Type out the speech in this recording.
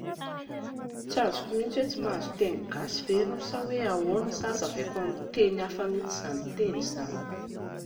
Tsy azoko mihintsy hoe tsy mahazo teny gasy ve ianao sa hoe ahoana sa hazavaiko amin'ny teny hafa mihintsy izany teny izany?